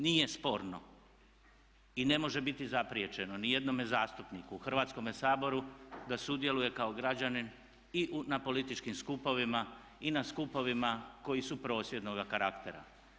Nije sporno i ne može biti zapriječeno nijednome zastupniku u Hrvatskome saboru da sudjeluje kao građanin i na političkim skupovima i na skupovima koji su prosvjednoga karaktera.